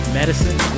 medicine